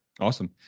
Awesome